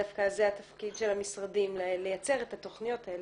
דווקא זה התפקיד של המשרדים לייצר את התוכניות האלה,